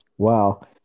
Wow